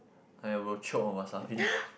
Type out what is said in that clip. I will choke on wasabi